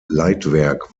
leitwerk